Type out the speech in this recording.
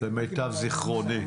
למיטב זכרוני.